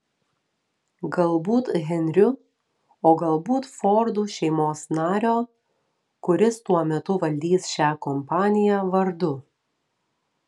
galbūt henriu o galbūt fordų šeimos nario kuris tuo metu valdys šią kompaniją vardu